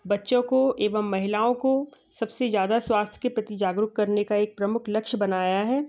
बच्चों को एवं महिलाओं को सब से ज़्यादा स्वास्थ्य के प्रति जागरूक करने का एक प्रमुख लक्ष्य बनाया है